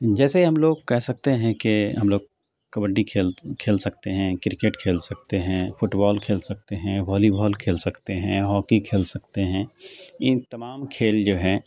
جیسے ہم لوگ کہہ سکتے ہیں کہ ہم لوگ کبڈی کھیل کھیل سکتے ہیں کرکٹ کھیل سکتے ہیں فٹ بال کھیل سکتے ہیں وولی بال کھیل سکتے ہیں ہاکی کھیل سکتے ہیں ان تمام کھیل جو ہیں